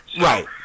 Right